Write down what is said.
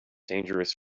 dangerous